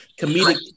comedic